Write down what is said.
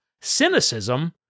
cynicism